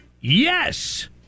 yes